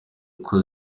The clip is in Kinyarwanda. uko